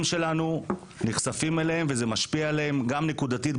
שלנו נחשפים אליהן וזה משפיע עליהם גם נקודתית,